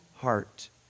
heart